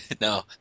No